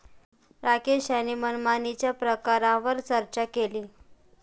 राकेश यांनी मनमानीच्या प्रकारांवर चर्चा केली